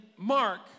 Mark